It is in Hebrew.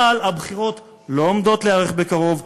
אבל הבחירות לא עומדות להיערך בקרוב,